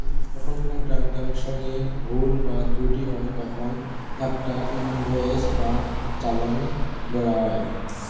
যখন কোনো ট্রান্জাকশনে ভুল বা ত্রুটি হয় তখন একটা ইনভয়েস বা চালান বেরোয়